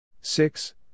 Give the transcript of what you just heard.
six